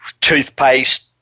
toothpaste